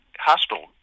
Hospital